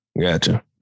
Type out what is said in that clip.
Gotcha